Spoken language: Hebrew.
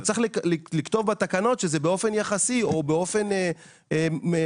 אבל צריך לכתוב בתקנות שזה באופן יחסי או באופן --- אדוני,